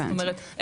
זאת אומרת,